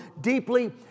deeply